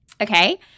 Okay